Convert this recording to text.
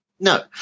No